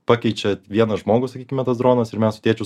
pakeičia vieną žmogų sakykime tas dronas ir mes su tėčiu